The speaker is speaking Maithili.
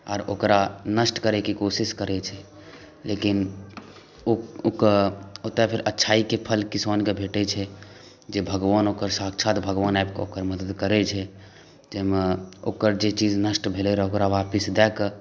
आर ओकरा नष्ट करै के कोशिश करै छै लेकिन ओ ओकर ओतऽ फेर अच्छाई के फल किसानके भेटै छै जे भगवान ओकर साक्षात भगवान आबि कऽ ओकर मदद करै छै जाहिमे ओकर जे चीज नष्ट भेलै रहय ओकरा वापिस दए कऽ